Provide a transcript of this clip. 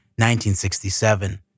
1967